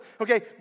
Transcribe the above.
okay